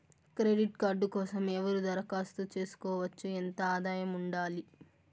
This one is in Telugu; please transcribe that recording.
క్రెడిట్ కార్డు కోసం ఎవరు దరఖాస్తు చేసుకోవచ్చు? ఎంత ఆదాయం ఉండాలి?